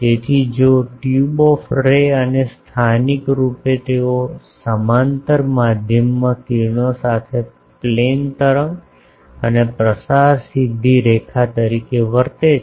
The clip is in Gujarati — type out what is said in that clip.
તેથી તેથી જ ટ્યુબ ઓફ રે અને સ્થાનિક રૂપે તેઓ સમાંતર માધ્યમમાં કિરણો સાથે પ્લેન તરંગ અને પ્રસાર સીધી રેખા તરીકે વર્તે છે